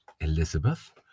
Elizabeth